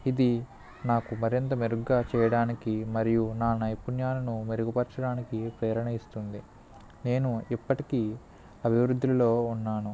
ఇది నాకు మరింత మెరుగుగా చేయడానికి మరియు నా నైపుణ్యాలను మెరుగుపరచడానికి ప్రేరణ ఇస్తుంది నేను ఇప్పటికి అభివృద్ధిలో ఉన్నాను